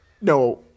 No